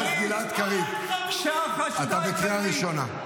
חבר הכנסת גלעד קריב, אתה בקריאה ראשונה.